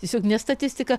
tiesiog ne statistika